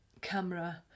camera